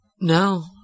No